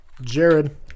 Jared